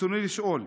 רצוני לשאול: